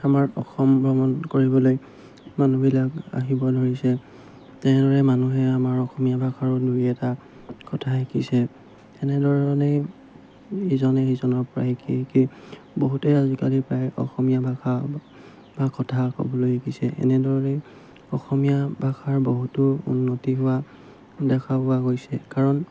আমাৰ অসম ভ্ৰমণ কৰিবলৈ মানুহবিলাক আহিব ধৰিছে তেনেদৰে মানুহে আমাৰ অসমীয়া ভাষাৰো দুই এটা কথা শিকিছে এনেধৰণেই ইজনে সিজনৰপৰা শিকি শিকি বহুতে আজিকালি প্ৰায় অসমীয়া ভাষা বা কথা ক'বলৈ শিকিছে এনেদৰেই অসমীয়া ভাষাৰ বহুতো উন্নতি হোৱা দেখা পোৱা গৈছে কাৰণ